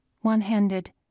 one-handed